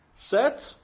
Set